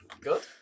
Good